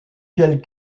quelle